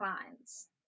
clients